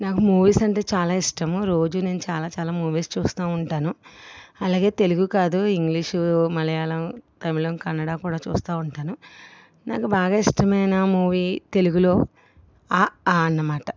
నాకు మూవీస్ అంటే చాలా ఇష్టం రోజు నేను చాలా చాలా మూవీస్ చూస్తు ఉంటాను అలాగే తెలుగు కాదు ఇంగ్లీషు మలయాళం తమిళం కన్నడ కూడా చూస్తు ఉంటాను నాకు బాగా ఇష్టమైన మూవీ తెలుగులో అఆ అన్నమాట